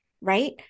Right